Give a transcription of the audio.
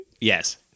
yes